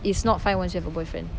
it's not fine once you have a boyfriend